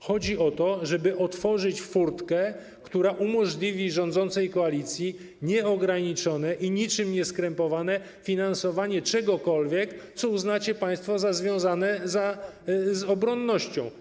Chodzi o to, żeby otworzyć furtkę, która umożliwi rządzącej koalicji nieograniczone i niczym nieskrępowane finansowanie czegokolwiek, co uznacie państwo za związane z obronnością.